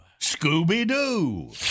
Scooby-Doo